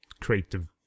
creative